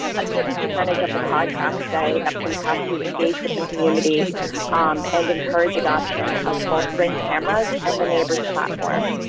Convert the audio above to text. a certain percentage of the contract say that police have to engage with the community um and encourage adoption of both to bring cameras and the neighbors platform